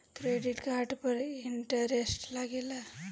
Credit card पर interest लागेला?